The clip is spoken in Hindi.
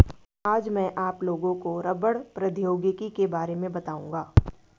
आज मैं आप लोगों को रबड़ प्रौद्योगिकी के बारे में बताउंगा